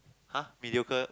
!huh! mediocre